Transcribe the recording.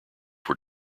were